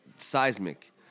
seismic